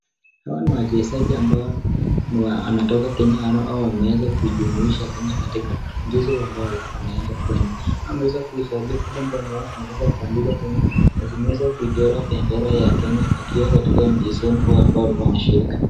Hawa ni wachezaji ambao wametoka Kenya, ama wanaweza kujumuisha Kenya katika mchezo ambao waliweza kuenda, wanavalia nguo ambazo zimeweza kuandikwa Kenya, imeeza kuchorwa bendera ya Kenya wakiwa katika mchezoni huo ambao wanashiriki.